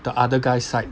the other guy side